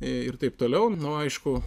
ir taip toliau nu aišku